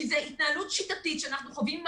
כי זה התנהלות שיטתית שאנחנו חווים עם